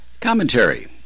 Commentary